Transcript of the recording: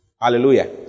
Hallelujah